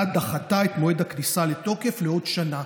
דחתה את מועד הכניסה לתוקף לעוד שנה.